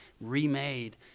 remade